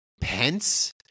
Pence